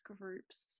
groups